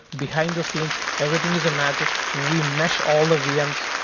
behind the scenes, everything is a magic. we mesh all the vms,